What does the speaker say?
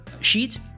sheet